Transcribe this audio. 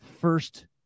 first